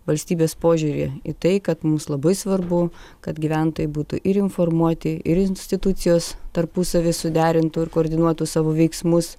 valstybės požiūrį į tai kad mums labai svarbu kad gyventojai būtų ir informuoti ir institucijos tarpusavyje suderintų ir koordinuotų savo veiksmus